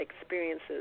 experiences